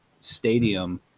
stadium